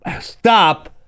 stop